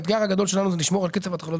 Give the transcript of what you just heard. האתגר הגדול שלנו זה לשמור על קצב תוכניות